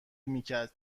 میکرد